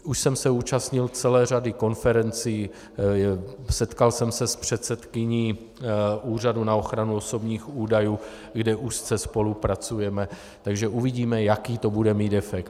Už jsem se zúčastnil celé řady konferencí, setkal jsem se s předsedkyní Úřadu na ochranu osobních údajů, kde úzce spolupracujeme, takže uvidíme, jaký to bude mít efekt.